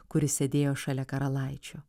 kuri sėdėjo šalia karalaičio